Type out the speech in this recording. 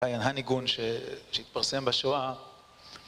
הניגון שתפרסם בשואה